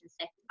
sector